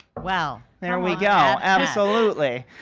well, there we go, absolutely.